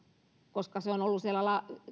koska se on ollut siellä